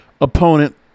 opponent